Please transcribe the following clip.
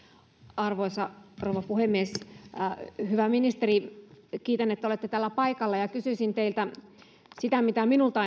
arvoisa rouva puhemies hyvä ministeri kiitän että olette täällä paikalla ja kysyisin teiltä sitä mitä minulta